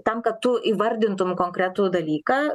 tam kad tu įvardintum konkretų dalyką